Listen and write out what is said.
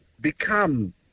become